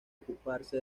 ocuparse